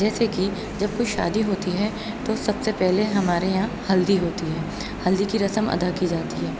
جیسے کہ جب کوئی شادی ہوتی ہے تو سب سے پہلے ہمارے یہاں ہلدی ہوتی ہے ہلدی کی رسم ادا کی جاتی ہے